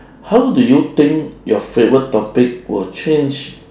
how do you think your favourite topic will change